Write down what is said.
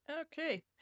Okay